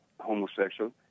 homosexual